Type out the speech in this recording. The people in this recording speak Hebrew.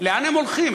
לאן הם הולכים?